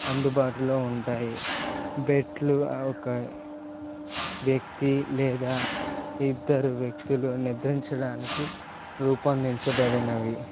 అందుబాటులో ఉంటాయి బెర్త్లు ఆ ఒక్క వ్యక్తి లేదా ఇద్దరు వ్యక్తులు నిద్రించడానికి రూపొందించబడినవి